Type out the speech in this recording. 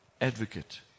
advocate